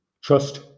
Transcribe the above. trust